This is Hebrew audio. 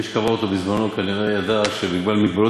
מי שקבע אותו בזמנו כנראה ידע שבגלל מגבלות